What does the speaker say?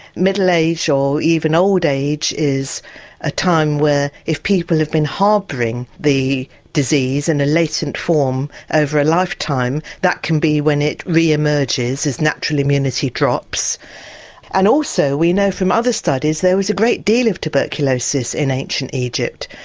middle age or even old age is a time where if people have been harbouring the disease in a latent form over a lifetime that can be when it re-emerges as natural immunity drops and also we know from other studies there was a great deal of tuberculosis in ancient egypt,